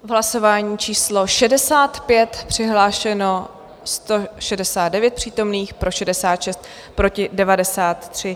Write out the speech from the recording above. Hlasování číslo 65, přihlášeno 169 přítomných, pro 66, proti 93.